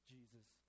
Jesus